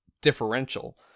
differential